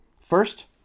First